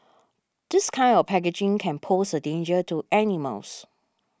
this kind of packaging can pose a danger to animals